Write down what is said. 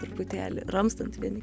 truputėlį ramstant vieni